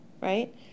right